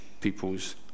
people's